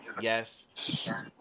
Yes